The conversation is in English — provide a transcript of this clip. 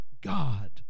God